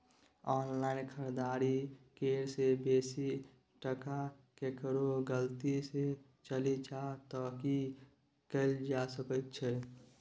Online खरीददारी करै में बेसी टका केकरो गलती से चलि जा त की कैल जा सकै छै?